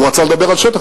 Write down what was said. הוא רצה לדבר על שטח,